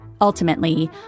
Ultimately